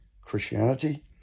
Christianity